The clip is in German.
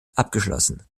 abgeschlossen